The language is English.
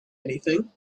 anything